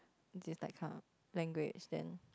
this like kind of language then